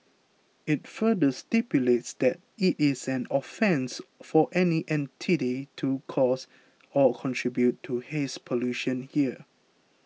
it further stipulates that it is an offence for any entity to cause or contribute to haze pollution here